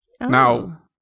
Now